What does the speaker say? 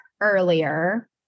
earlier